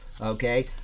okay